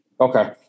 Okay